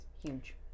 huge